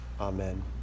Amen